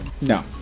No